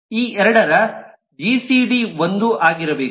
ಈ 2 ರ ಜಿಸಿಡಿ 1 ಆಗಿರಬೇಕು